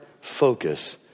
focus